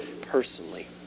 personally